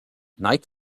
night